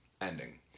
ending